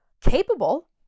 capable